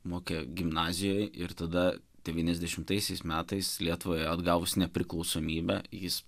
mokė gimnazijoj ir tada devyniasdešimtaisiais metais lietuvai atgavus nepriklausomybę jis